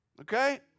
Okay